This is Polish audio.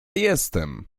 jestem